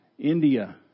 India